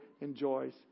enjoys